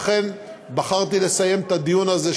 לכן בחרתי לסיים את הדיון הזה,